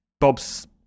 Bob's